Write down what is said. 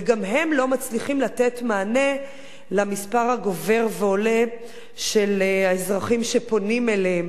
וגם הם לא מצליחים לתת מענה למספר הגובר ועולה של האזרחים שפונים אליהם.